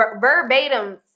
verbatim